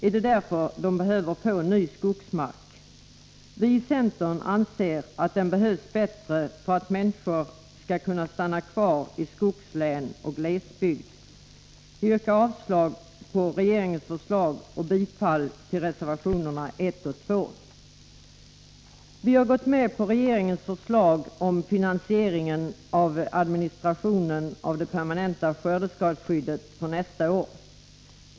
Är det därför verket behöver få ny skogsmark? Vi i centern anser att den behövs bättre för att människor skall kunna stanna kvar i skogslän och glesbygd. Vi yrkar avslag på regeringens förslag och bifall till reservationerna 1 och 2. Vi har gått med på regeringens förslag om finansiering av administrationen av det permanenta skördeskadeskyddet för nästa år.